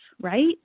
right